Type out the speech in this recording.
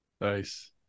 Nice